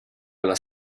alla